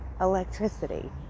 Electricity